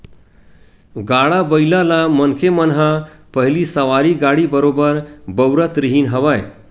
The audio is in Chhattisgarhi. गाड़ा बइला ल मनखे मन ह पहिली सवारी गाड़ी बरोबर बउरत रिहिन हवय